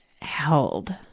held